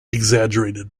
exaggerated